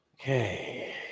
Okay